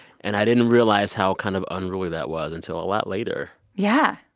and i didn't realize how kind of unruly that was until a lot later yeah.